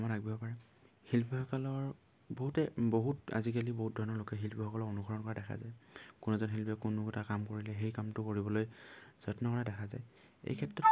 কামত আগবাঢ়িব পাৰে শিল্পীসকলৰ বহুতে বহুত আজিকালি বহুত ধৰণৰ লোকে শিল্পীসকলক অনুসৰণ কৰা দেখা যায় কোনো এজন শিল্পী কোনো এটা কাম কৰিলে সেই কামটো কৰিবলৈ যত্ন কৰা দেখা যায় এই ক্ষেত্ৰত